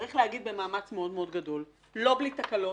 צריך להגיד: במאמץ גדול מאוד, לא בלי תקלות,